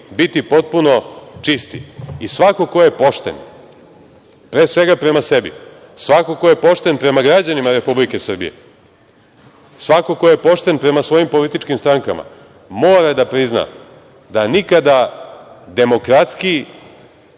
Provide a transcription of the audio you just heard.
biti potpuno čisti. I svako ko je pošten, pre svega prema sebi, svako ko je pošten prema građanima Republike Srbije, svako ko je pošten prema svojim političkim strankama, mora da prizna da nikada demokratskiji